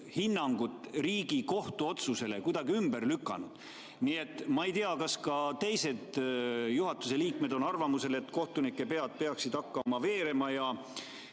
hinnangut Riigikohtu otsusele kuidagi ümber lükanud. Nii et ma ei tea, kas ka teised juhatuse liikmed on arvamusel, et kohtunike pead peaksid hakkama veerema,